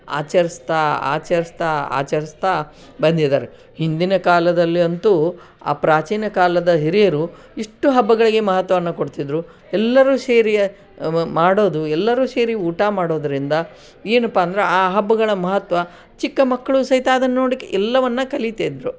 ಆಚರಿಸ್ತಾ ಆಚರಿಸ್ತಾ ಆಚರಿಸ್ತಾ ಬಂದಿದ್ದಾರೆ ಹಿಂದಿನ ಕಾಲದಲ್ಲಿ ಅಂತೂ ಆ ಪ್ರಾಚೀನ ಕಾಲದ ಹಿರಿಯರು ಇಷ್ಟು ಹಬ್ಬಗಳಿಗೆ ಮಹತ್ವವನ್ನು ಕೊಡ್ತಿದ್ರು ಎಲ್ಲರೂ ಸೇರಿಯೇ ಮಾಡೋದು ಎಲ್ಲರೂ ಸೇರಿ ಊಟ ಮಾಡೋದರಿಂದ ಏನಪ್ಪಾ ಅಂದ್ರೆ ಆ ಹಬ್ಬಗಳ ಮಹತ್ವ ಚಿಕ್ಕ ಮಕ್ಕಳು ಸಹಿತ ಅದನ್ನು ನೋಡಿ ಎಲ್ಲವನ್ನು ಕಲೀತಿದ್ರು